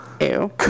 Ew